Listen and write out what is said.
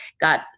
got